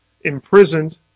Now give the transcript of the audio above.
imprisoned